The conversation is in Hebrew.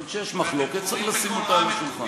אבל כשיש מחלוקת, צריך לשים אותה על השולחן.